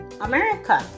america